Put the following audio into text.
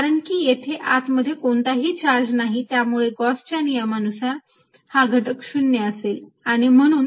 कारण की येथे आत मध्ये कोणताही चार्ज नाही त्यामुळे गॉसच्या नियमानुसार Gauss's law हा घटक 0 असेल आणि म्हणून